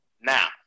Now